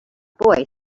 boy